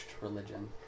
religion